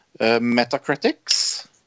Metacritic's